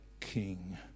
king